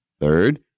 Third